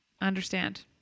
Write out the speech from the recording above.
understand